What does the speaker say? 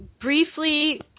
briefly